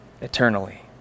eternally